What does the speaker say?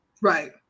Right